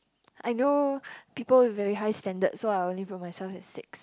I know people with very high standard so I only put myself at six